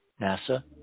NASA